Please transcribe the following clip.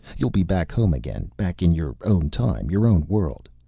you'll be back home again, back in your own time, your own world.